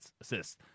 assists